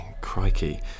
crikey